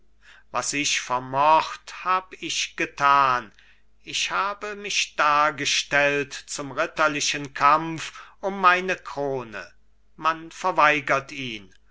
was ich vermocht hab ich getan ich habe mich dargestellt zum ritterlichen kampf um meine krone man verweigert ihn